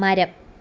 മരം